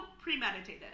premeditated